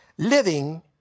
Living